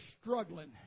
struggling